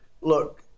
look